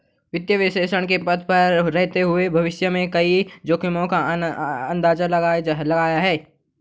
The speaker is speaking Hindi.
वित्तीय विश्लेषक के पद पर रहते हुए भविष्य में कई जोखिमो का अंदाज़ा लगाया है